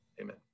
amen